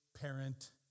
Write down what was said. parent